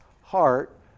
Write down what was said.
heart